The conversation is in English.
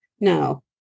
no